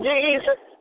Jesus